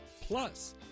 Plus